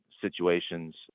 situations